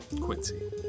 Quincy